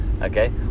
Okay